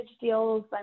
deals